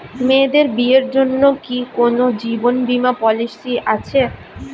মেয়েদের বিয়ের জন্য কি কোন জীবন বিমা পলিছি আছে?